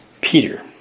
Peter